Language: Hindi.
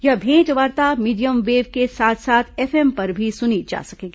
यह भेंटवार्ता मीडियम वेव के साथ साथ एफएम पर भी सुनी जा सकेगी